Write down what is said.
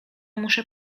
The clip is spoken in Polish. muszę